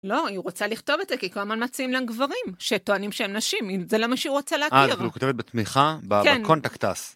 לא, היא רוצה לכתוב את זה, כי כמובן מציעים להם גברים, שטוענים שהם נשים, זה למה שהיא רוצה להכיר. אה, אז היא כבר כותבת בתמיכה, בקונטקטס.